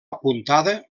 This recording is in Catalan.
apuntada